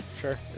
Sure